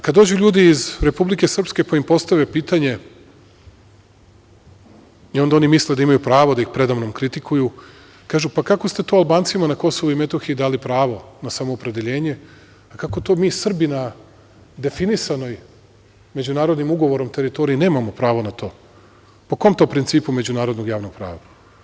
Kada dođu ljudi iz Republike Srpske, pa im postave pitanje, i onda oni misle da imaju pravo da ih preda mnom kritikuju, kažu – pa, kako ste to Albancima na Kosovu i Metohiji dali pravo na samoopredeljenje, a kako to mi Srbi na definisanoj međunarodnim ugovorom teritoriji nemamo pravo na to, po kom to principu međunarodnog javnog prava?